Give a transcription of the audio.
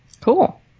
Cool